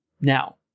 now